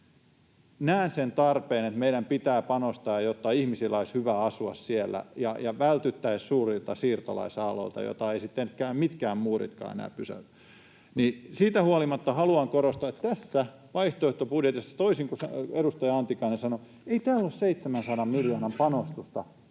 näen sen tarpeen, että meidän pitää panostaa siihen, että ihmisillä olisi hyvä asua siellä, jolloin vältyttäisiin suurilta siirtolaisaallolta, joita eivät sitten mitkään muuritkaan enää pysäytä. Mutta siitä huolimatta haluan korostaa, että tässä vaihtoehtobudjetissa, toisin kuin edustaja Antikainen sanoi, ei ole 700 miljoonan panostusta